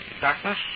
Darkness